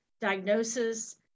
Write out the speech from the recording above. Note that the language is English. diagnosis